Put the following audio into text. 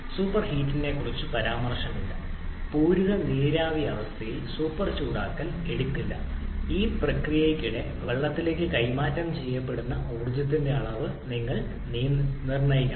സൂപ്പർഹീറ്റിംഗിനെക്കുറിച്ച് പരാമർശമില്ല പൂരിത നീരാവി അവസ്ഥയിൽ സൂപ്പർ ചൂടാക്കൽ എടുക്കില്ല ഈ പ്രക്രിയയ്ക്കിടെ വെള്ളത്തിലേക്ക് കൈമാറ്റം ചെയ്യപ്പെടുന്ന ഊർജ്ജത്തിന്റെ അളവ് നിങ്ങൾ നിർണ്ണയിക്കണം